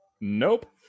Nope